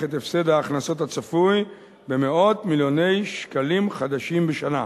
את הפסד ההכנסות הצפוי במאות מיליוני שקלים חדשים בשנה.